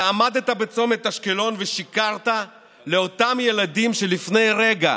אתה עמדת בצומת אשקלון ושיקרת לאותם ילדים שלפני רגע